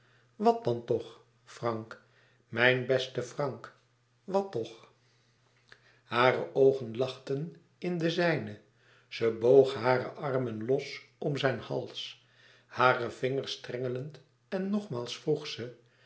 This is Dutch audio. wat dan toch frank mijn beste frank wat toch hare oogen lachten in de zijne ze boog hare armen los om zijn hals hare vingers strengelend en nogmaals vroeg ze